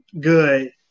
good